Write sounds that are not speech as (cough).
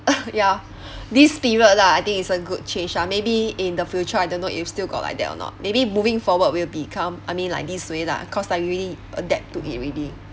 (laughs) ya this period lah I think is a good change ah maybe in the future I don't know if still got like that or not maybe moving forward will become I mean like this way lah cause like you already adapt to it already